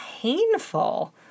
painful